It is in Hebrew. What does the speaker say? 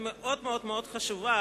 מאוד מאוד חשובה,